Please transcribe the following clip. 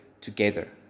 together